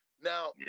Now